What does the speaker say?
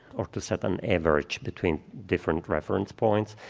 or to set an average between different reference points.